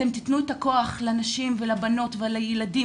אתם תיתנו את הכוח לנשים ולבנות ולילדים